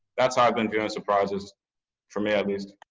that's how i've and doing surprises for me, at least.